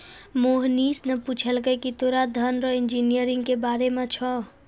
मोहनीश ने पूछलकै की तोरा धन रो इंजीनियरिंग के बारे मे छौं?